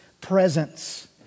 presence